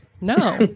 No